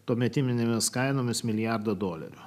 tuometinėmis kainomis milijardo dolerių